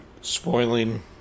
spoiling